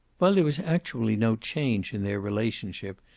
while there was actually no change in their relationship,